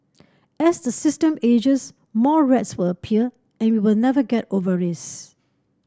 as the system ages more rats will appear and we will never get over this